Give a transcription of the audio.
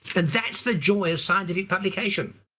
and that's the joy of scientific publication.